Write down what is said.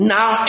Now